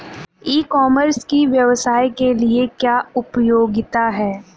ई commerce की व्यवसाय के लिए क्या उपयोगिता है?